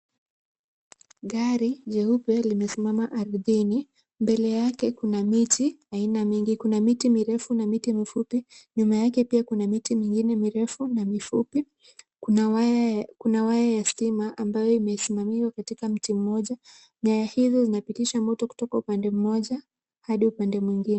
Gari jeupe limesimama ardhini. Mbele yake kuna miti aina mingi. Kuna miti mirefu na mifupi, nyuma yake pia kuna miti mingine mirefu na mifupi. Kuna waya ya kuna waya ya stima ambayo imesimamiwa katika mti mmoja. Nyaya hizi zinapitisha stima kutoka upande mmoja hadi upande mwingine.